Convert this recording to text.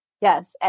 Yes